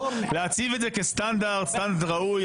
להציב את זה כסטנדרט ראוי.